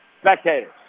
spectators